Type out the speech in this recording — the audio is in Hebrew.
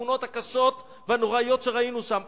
התמונות הקשות והנוראיות שראינו שם,